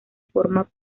forma